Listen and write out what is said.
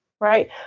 right